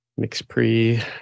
MixPre